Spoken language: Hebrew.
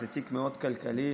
זה תיק מאוד כלכלי,